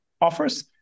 offers